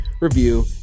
review